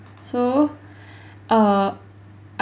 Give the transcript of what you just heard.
so err